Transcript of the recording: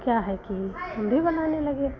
क्या है कि हम भी बनाने लगे